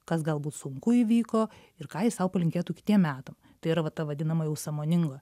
kas galbūt sunku įvyko ir ką jis sau palinkėtų kitiem metam tai yra va ta vadinama jau sąmoningo